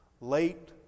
late